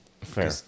Fair